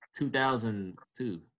2002